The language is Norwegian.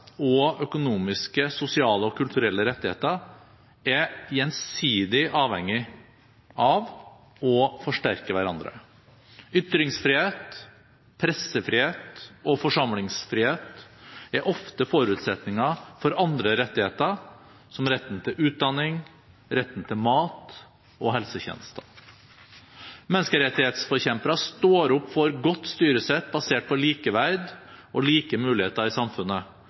og økonomiske, sosiale og kulturelle rettigheter er gjensidig avhengige av og forsterker hverandre. Ytringsfrihet, pressefrihet og forsamlingsfrihet er ofte forutsetninger for andre rettigheter, som retten til utdanning, retten til mat og helsetjenester. Menneskerettighetsforkjempere står opp for godt styresett basert på likeverd og like muligheter i samfunnet,